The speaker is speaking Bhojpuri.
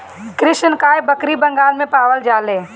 कृष्णकाय बकरी बंगाल में पावल जाले